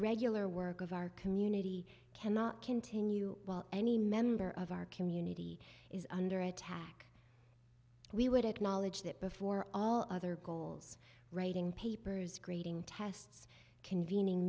regular work of our community cannot continue while any member of our community is under attack we would acknowledge that before all other goals writing papers grading tests convening